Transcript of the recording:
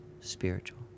spiritual